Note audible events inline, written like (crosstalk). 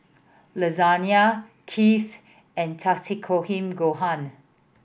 Lasagna (unintelligible) and Takikomi Gohan